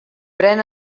pren